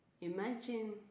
imagine